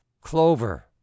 clover